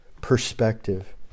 Perspective